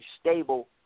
stable